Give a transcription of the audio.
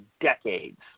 Decades